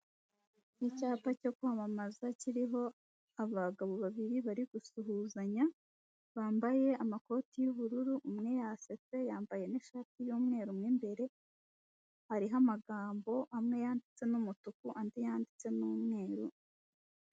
Icyapa cyo kwamamaza kiriho abagabo babiri bari gusuhuzanya bambaye amakoti y'ubururu umwe yasetse yambaye n'ishati y'umweru imbere harihoho amagambo amwe yanditse n'umutuku andi yanditse n'umweru.